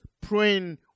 praying